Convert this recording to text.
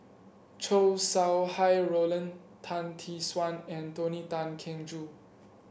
Chow Sau Hai Roland Tan Tee Suan and Tony Tan Keng Joo